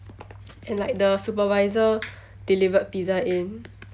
and like the supervisor delivered pizza in